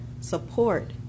support